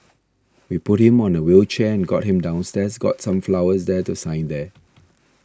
we put him on a wheelchair and got him downstairs got some flowers there to sign there